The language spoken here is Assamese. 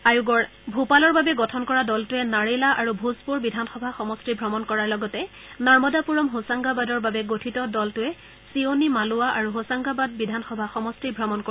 আয়োগৰ ভূপালৰ বাবে গঠন কৰা দলটোৱে নাৰেলা আৰু ভোজপুৰ বিধানসভা সমষ্টি ভ্ৰমণ কৰাৰ লগতে নৰ্মদাপুৰম হোচাংগাবাদৰ বাবে গঠিত দলটোৰে চিঅনি মালোৱা আৰু হোচাংগাবাদ বিধানসভা সমষ্টি ভ্ৰমণ কৰিব